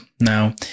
Now